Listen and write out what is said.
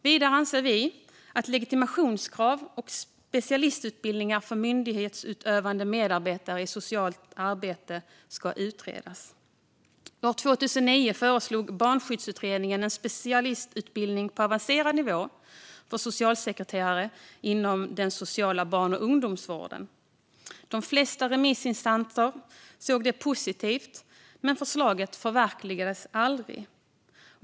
Vidare anser vi att legitimationskrav och specialistutbildningar för myndighetsutövande medarbetare i socialt arbete ska utredas. År 2009 föreslog Barnskyddsutredningen en specialistutbildning på avancerad nivå för socialsekreterare inom den sociala barn och ungdomsvården. De flesta remissinstanser såg positivt på förslaget, men det förverkligades aldrig.